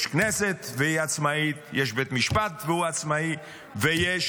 יש כנסת והיא עצמאית, יש בית משפט והוא עצמאי, ויש